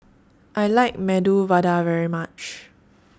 I like Medu Vada very much